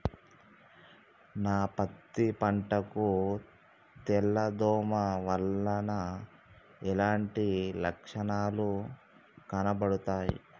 నా పత్తి పంట కు తెల్ల దోమ వలన ఎలాంటి లక్షణాలు కనబడుతాయి?